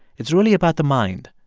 it's really about the mind.